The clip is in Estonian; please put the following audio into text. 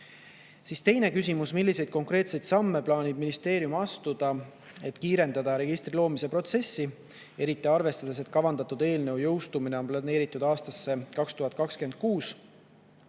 edasi. Teine küsimus: "Milliseid konkreetseid samme plaanib ministeerium astuda, et kiirendada registri loomise protsessi, eriti arvestades, et kavandatud eelnõu jõustumine on planeeritud alles 2026.